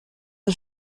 ist